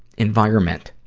environment,